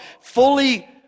fully